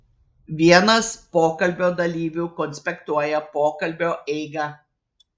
vienas pokalbio dalyvių konspektuoja pokalbio eigą